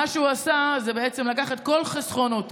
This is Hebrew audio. מה שהוא עשה זה בעצם לקח את כל חסכונותיו,